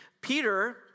Peter